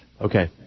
Okay